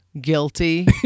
guilty